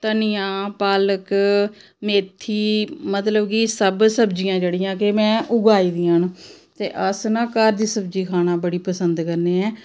धनिया पालक मेथी मतलब कि सब सब्जियां जेह्ड़ियां केह् मैं उगाई दियां न ते अस ना घर दी सब्जी खाना बड़ी पसंद करने